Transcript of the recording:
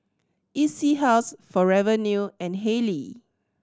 E C House Forever New and Haylee